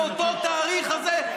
באותו התאריך הזה,